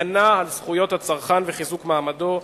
הגנה על זכויות הצרכן וחיזוק מעמדו,